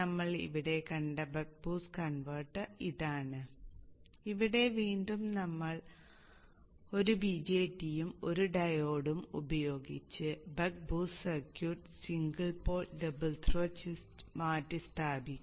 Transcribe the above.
നമ്മൾ ഇവിടെ കണ്ട ബക്ക് ബൂസ്റ്റ് കൺവെർട്ടർ ഇതാണ് ഇവിടെ വീണ്ടും നമ്മൾ 1 BJT യും 1 ഡയോഡും ഉപയോഗിച്ച് buck boost circuit single pole double throw switch മാറ്റിസ്ഥാപിക്കും